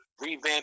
revamp